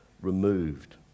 removed